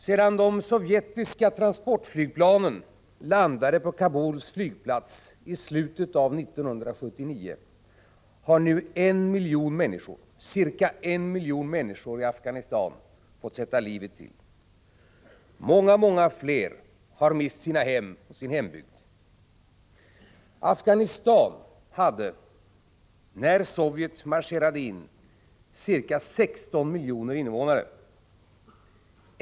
Sedan de sovjetiska transportflygplanen landade på Kabuls flygplats i slutet av 1979 har nu ca 1 miljon människor i Afghanistan fått sätta livet till, och många fler har mist sina hem och sin hembygd. Afghanistan hade när Sovjet marscherade in ca 16 miljoner invånare.